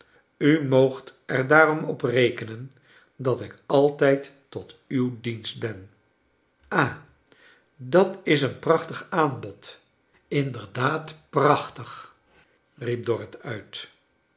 u moogt er daarom op rekenen dat ik altijd tot uw dienst ben ha dat is een prachtig aanbod inderdaad prachtig riep dorrit uit